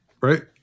Right